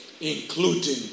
Including